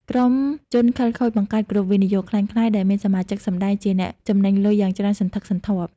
ក្រុមជនខិលខូចបង្កើត "Group វិនិយោគ" ក្លែងក្លាយ ដែលមានសមាជិកសម្តែងជាអ្នកចំណេញលុយយ៉ាងច្រើនសន្ធឹកសន្ធាប់។